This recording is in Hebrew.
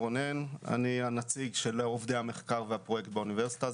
אני נציג עובדי המחקר והפרויקט באוניברסיטה,